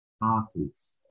parties